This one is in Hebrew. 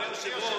אדוני היושב-ראש,